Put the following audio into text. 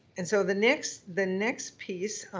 and so the next the next piece,